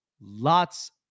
Lots